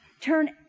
turn